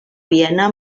viena